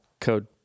code